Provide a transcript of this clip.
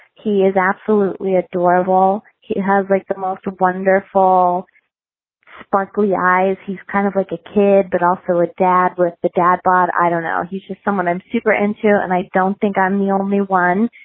he is absolutely adorable. he has like the most wonderful sparkly eyes. he's kind of like a kid, but also a dad with the dad. brad. i don't know. he's just someone i'm super into and i don't think i'm the only one.